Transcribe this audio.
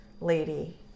lady